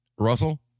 Russell